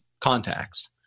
contacts